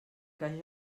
que